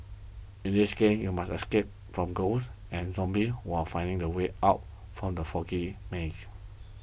in this game you must escape from ghosts and zombies while finding the way out from the foggy maze